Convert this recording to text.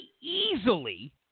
easily